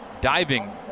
Diving